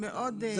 לא נכון.